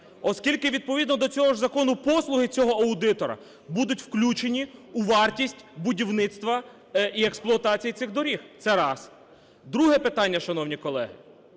оскільки, відповідного до цього ж закону, послуги цього аудитора будуть включені у вартість будівництва і експлуатації цих доріг – це раз. Друге питання, шановні колеги.